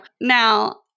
Now